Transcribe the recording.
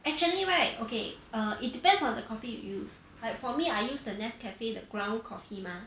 actually right okay err it depends on the coffee you use like for me I use the nescafe the ground coffee mah